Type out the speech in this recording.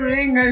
Ring